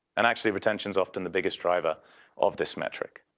and, actually, retention is often the biggest driver of this metric.